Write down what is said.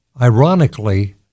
ironically